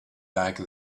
back